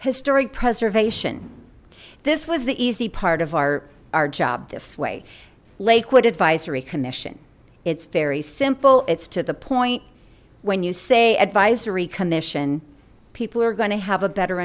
historic preservation this was the easy part of our our job this way lakewood advisory commission it's very simple it's to the point when you say advisory commission and people are going to have a better